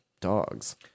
dogs